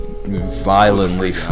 violently